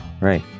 right